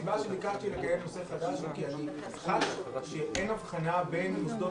-- הסיבה שביקשתי לקיים נושא חדש זה שאני חש שאין הבחנה בין מוסדות